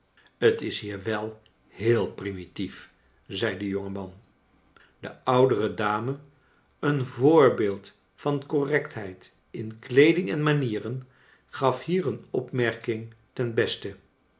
het is hier wel heel primitief zei de jonge man de oudere dame een voorbeeld van correctheid in kleeding en manieren gaf hier een opmerking ten beste